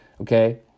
Okay